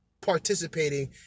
participating